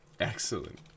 Excellent